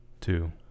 two